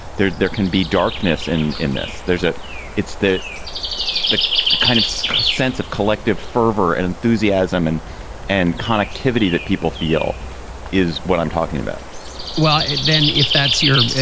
there can be darkness in in this. there's a it's that the kind of sense of collective fervor and enthusiasm and and connectivity that people feel is what i'm talking about well then if that's your